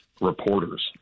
reporters